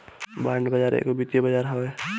bond बाजार एगो वित्तीय बाजार हवे